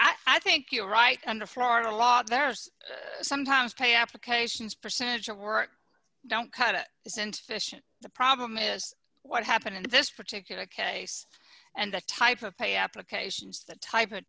it i think you're right under florida law there's sometimes pay applications percentage of work don't cut it isn't the problem is what happened in this particular case and the type of pay applications that type of